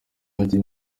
ajye